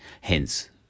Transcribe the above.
hence